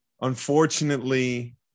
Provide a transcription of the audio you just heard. Unfortunately